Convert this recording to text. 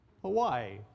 Hawaii